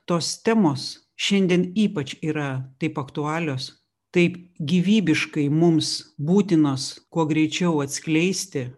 tos temos šiandien ypač yra taip aktualios taip gyvybiškai mums būtinos kuo greičiau atskleisti